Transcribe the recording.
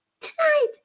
tonight